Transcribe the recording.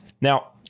Now